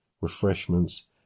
refreshments